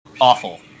awful